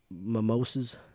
mimosas